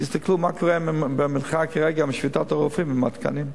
תסתכלו מה קורה במרחק רגע משביתת הרופאים עם התקנים.